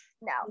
No